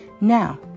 Now